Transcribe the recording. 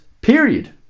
period